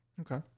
okay